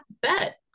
bet